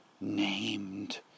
named